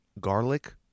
Garlic